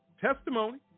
Testimony